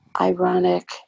ironic